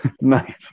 Nice